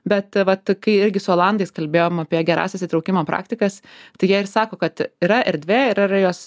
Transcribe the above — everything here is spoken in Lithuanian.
bet vat kai irgi su olandais kalbėjom apie gerąsias įtraukimą praktikas tai jie ir sako kad yra erdvė ir yra jos